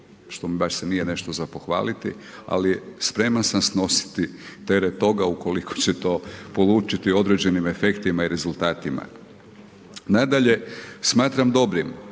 Što mi baš se nije nešto za pohvaliti ali spreman sa snositi teret toga ukoliko će to polučiti određenim efektima i rezultatima. Nadalje, smatram dobrim